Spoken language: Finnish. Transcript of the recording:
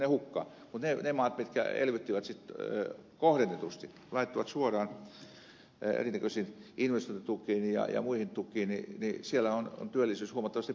mutta niissä maissa jotka elvyttivät sitten kohdennetusti laittoivat suoraan eri näköisiin investointitukiin ja muihin tukiin on työllisyys huomattavasti parempi